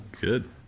Good